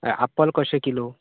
आपोल कशें किलो